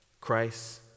Christ